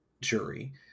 jury